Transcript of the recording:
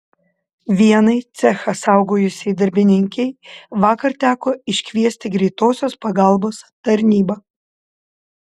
vienai cechą saugojusiai darbininkei vakar teko iškviesti greitosios pagalbos tarnybą